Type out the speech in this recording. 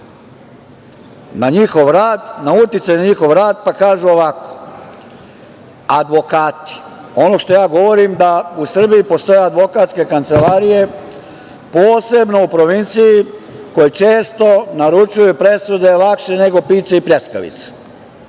na njihov rad, na uticaj na njihov rada, pa kažu ovako – advokati. Ono što ja govorim da u Srbiji postoje advokatske kancelarije, posebno u provinciji koji često naručuju presude lakše nego pice i pljeskavice.